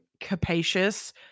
capacious